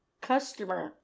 customer